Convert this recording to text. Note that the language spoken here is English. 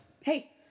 hey